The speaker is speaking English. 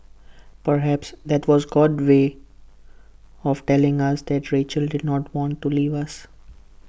perhaps that was God's way of telling us that Rachel did not want to leave us